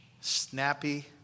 Snappy